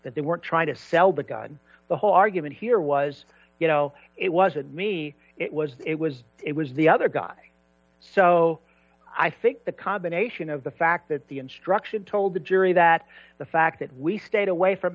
that they weren't trying to sell the gun the whole argument here was you know it wasn't me it was it was it was the other guy so i think the combination of the fact that the instruction told the jury that the fact that we stayed away from